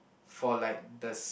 for like the